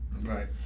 Right